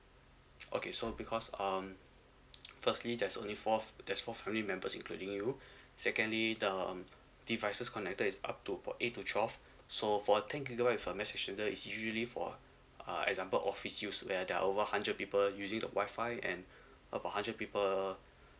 okay so because um firstly there's only four there's four family members including you secondly the um devices connected is up to about eight to twelve so for ten gigabyte with a mesh extender is usually for uh example office use where there are over hundred people using the Wi-Fi and of a hundred people